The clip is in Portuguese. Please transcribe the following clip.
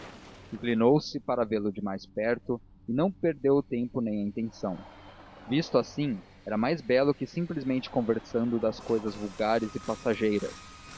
inclinou-se para vê-lo de mais perto e não perdeu o tempo nem a intenção visto assim era mais belo que simplesmente conversando das cousas vulgares e passageiras